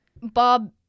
Bob